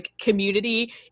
community